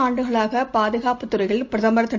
ஆண்டுகளாகபாதுகாப்பு கடந்த துறையில் பிரதமர் திரு